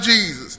Jesus